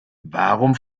warum